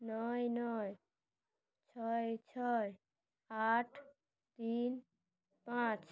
নয় নয় ছয় ছয় আট তিন পাঁচ